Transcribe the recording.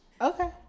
Okay